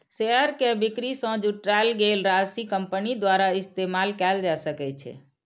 share के बिक्री सं जुटायल गेल राशि कंपनी द्वारा इस्तेमाल कैल जा सकै छै